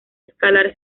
escalar